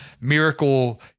miracle